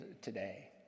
today